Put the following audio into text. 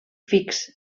fix